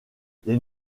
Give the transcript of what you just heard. les